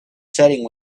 setting